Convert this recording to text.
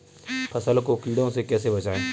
फसल को कीड़ों से कैसे बचाएँ?